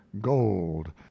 gold